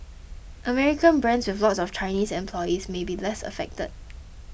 American brands with lots of Chinese employees may be less affected